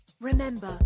Remember